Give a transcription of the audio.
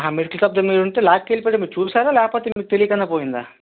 ఆ medical shop దీనిమీదుంటే లాక్కెళ్లిపోడం మీరు చూసారా లేకపోతే మీకు తెలీకండా పోయిందా